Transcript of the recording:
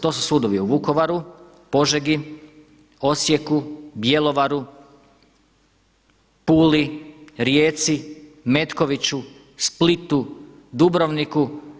To su sudovi u Vukovaru, Požegi, Osijeku, Bjelovaru, Puli, Rijeci, Metkoviću, Splitu, Dubrovniku.